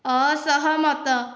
ଅସହମତ